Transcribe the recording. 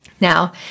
Now